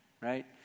right